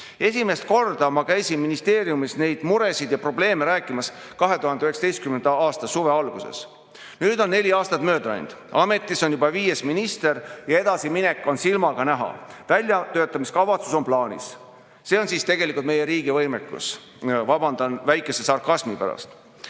Esimest korda ma käisin ministeeriumis neid muresid ja probleeme rääkimas 2019. aasta suve alguses. Nüüd on neli aastat mööda läinud, ametis on juba viies minister ja edasiminek on silmaga näha: väljatöötamiskavatsus on plaanis. See on tegelikult meie riigi võimekus. Vabandan väikese sarkasmi pärast.